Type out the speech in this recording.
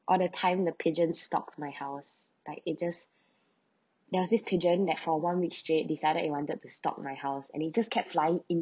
or the time the pigeon stalks my house like it just there was this pigeon that for one which it decided it wanted to stalk my house and it just kept flying in